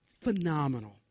Phenomenal